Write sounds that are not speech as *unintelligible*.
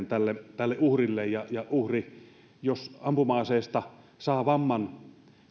*unintelligible* tälle tälle uhrille ja jos uhri saa ampuma aseesta vamman